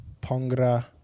Pongra